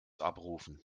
abrufen